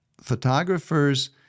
Photographers